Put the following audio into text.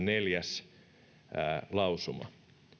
neljäs lausuma